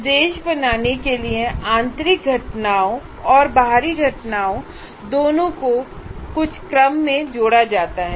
निर्देश बनाने के लिए आंतरिक घटनाओं और बाहरी दोनों तरह की घटनाओं को कुछ क्रम में जोड़ा जाता है